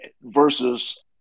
versus